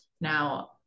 now